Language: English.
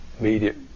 immediate